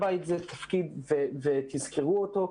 ותזכרו אותו.